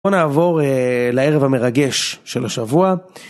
בוא נעבור לערב המרגש של השבוע.